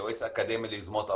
יועץ אקדמי ליוזמות אברהם,